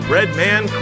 Redman